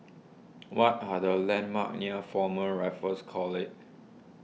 what are the landmarks near Former Raffles College